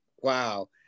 wow